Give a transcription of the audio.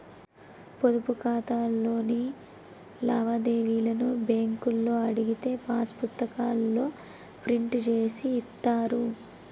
పొదుపు ఖాతాలోని లావాదేవీలను బ్యేంకులో అడిగితే పాసు పుస్తకాల్లో ప్రింట్ జేసి ఇత్తారు